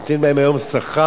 נותנים להם היום שכר,